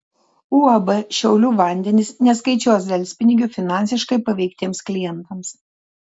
uab šiaulių vandenys neskaičiuos delspinigių finansiškai paveiktiems klientams